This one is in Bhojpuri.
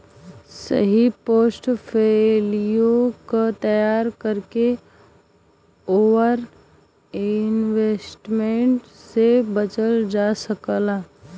सही पोर्टफोलियो क तैयारी करके ओवर इन्वेस्टमेंट से बचल जा सकला